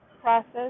process